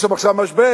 יש שם עכשיו משבר,